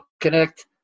connect